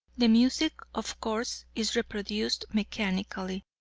the music, of course, is reproduced mechanically,